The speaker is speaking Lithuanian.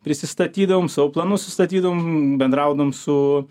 prisistatydavom savo planus ssustatydavom bendraudavom su